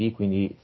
quindi